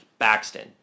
Baxton